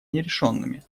нерешенными